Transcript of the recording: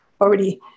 already